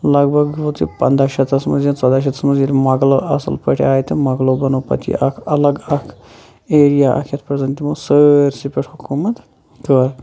لَگ بَگ ووت یہِ پَنٛدَہ شَتَس مَنٛز یا ژوٚدَہہ شَتَس مَنٛز ییٚلہِ موٚغَل اَصل پٲٹھۍ آے تہٕ موٚغَلَو بَنوو پَتہٕ یہِ اَلَگ اکھ ایریا اکھ یَتھ پیٚٹھٔ زن سٲرسی پیٚٹھ حُکوٗمَت کٔر